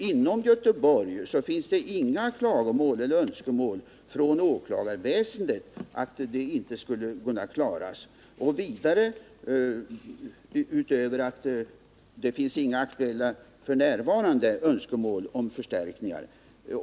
Inom Göteborg finns det inga klagomål från åklagarväsendet på att man inte skulle kunna klara sina uppgifter, och det finns inte några önskemål om förstärkningar.